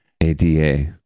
ADA